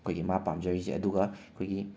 ꯑꯩꯈꯣꯏꯒꯤ ꯃꯥ ꯄꯥꯝꯖꯔꯤꯁꯦ ꯑꯗꯨꯒ ꯑꯩꯈꯣꯏꯒꯤ